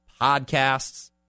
podcasts